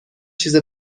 چیز